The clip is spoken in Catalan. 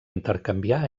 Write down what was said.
intercanviar